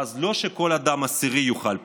ואז לא כל אדם עשירי יאכל פחות,